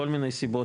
מכל מיני סיבות,